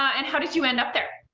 and how did you end up there? i